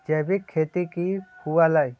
जैविक खेती की हुआ लाई?